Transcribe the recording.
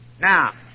Now